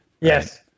Yes